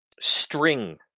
string